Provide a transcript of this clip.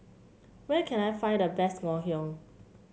where can I find the best Ngoh Hiang